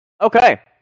Okay